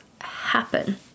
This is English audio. happen